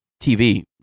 TV